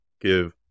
give